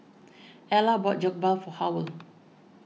Ella bought Jokbal for Howell